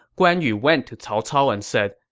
guan yu went to cao cao and said,